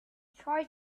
try